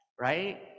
right